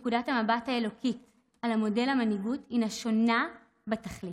נקודת המבט האלוקית על מודל המנהיגות הינה שונה בתכלית.